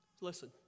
Listen